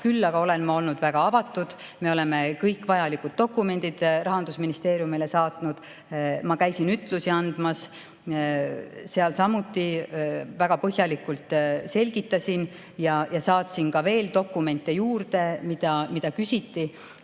Küll aga olen ma olnud väga avatud, me oleme kõik vajalikud dokumendid Rahandusministeeriumile saatnud. Ma käisin ütlusi andmas. Seal ma samuti väga põhjalikult selgitasin kõike ja saatsin ka juurde dokumente, mida küsiti.